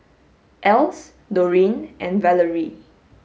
Else Doreen and Valarie